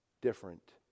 different